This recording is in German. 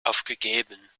aufgegeben